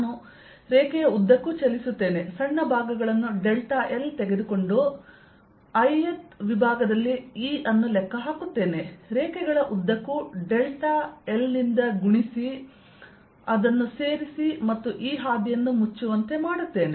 ನಾನು ರೇಖೆಯ ಉದ್ದಕ್ಕೂ ಚಲಿಸುತ್ತೇನೆ ಸಣ್ಣ ಭಾಗಗಳನ್ನು ಡೆಲ್ಟಾ ಎಲ್ ತೆಗೆದುಕೊಂಡು i ನೇ ವಿಭಾಗದಲ್ಲಿ E ಅನ್ನು ಲೆಕ್ಕ ಹಾಕುತ್ತೇನೆ ರೇಖೆಗಳ ಉದ್ದಕ್ಕೂ ಡೆಲ್ಟಾ l ನಿಂದ ಗುಣಿಸಿ ಅದನ್ನು ಸೇರಿಸಿ ಮತ್ತು ಈ ಹಾದಿಯನ್ನು ಮುಚ್ಚುವಂತೆ ಮಾಡುತ್ತೇನೆ